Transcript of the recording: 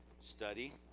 study